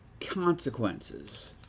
consequences